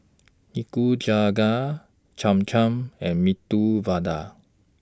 Nikujaga Cham Cham and Medu Vada